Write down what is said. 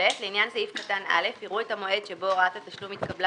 לעניין סעיף קטן (א) יראו את המועד שבו הוראת התשלום התקבלה